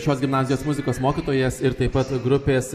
šios gimnazijos muzikos mokytojas ir taip pat grupės